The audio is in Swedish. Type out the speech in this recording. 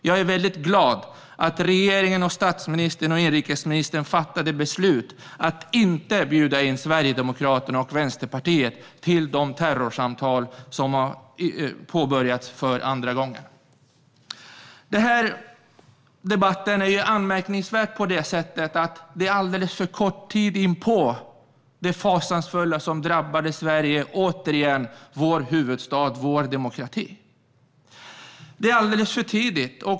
Jag är väldigt glad att regeringen, statsministern och inrikesministern fattade beslutet att inte bjuda in Sverigedemokraterna och Vänsterpartiet till de terrorsamtal som har påbörjats för andra gången. Denna debatt är anmärkningsvärd på det sättet att den kommer alldeles för snart inpå det fasansfulla som återigen drabbade Sverige, vår huvudstad och vår demokrati. Det är alldeles för tidigt.